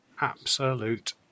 absolute